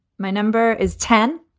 my number is ten.